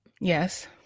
yes